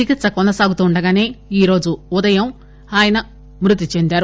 చికిత్స కొనసాగుతుండగానే ఈ రోజు ఉదయం మ్నతి చెందారు